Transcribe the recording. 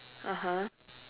(uh huh)